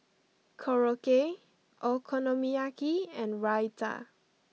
Korokke Okonomiyaki and Raita